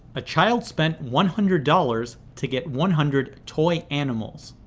a child spent one hundred dollars to get one hundred toy animals.